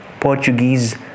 Portuguese